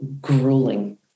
grueling